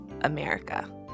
America